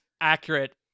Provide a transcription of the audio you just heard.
accurate